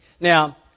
Now